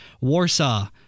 Warsaw